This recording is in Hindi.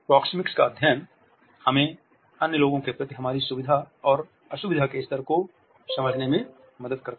प्रोक्सेमिक्स का अध्ययन हमें अन्य लोगों के प्रति हमारी सुविधा और असुविधा के स्तर को समझने में मदद करता है